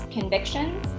Convictions